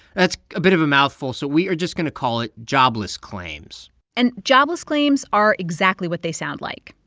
that's a bit of a mouthful, so we are just going to call it jobless claims and jobless claims are exactly what they sound like.